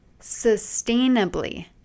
sustainably